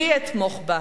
אני אתמוך בה,